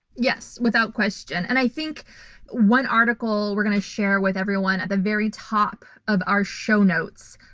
yes, without question. and i think one article we're going to share with everyone at the very top of our show notes,